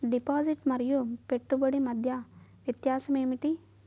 Deposit మరియు పెట్టుబడి మధ్య వ్యత్యాసం ఏమిటీ?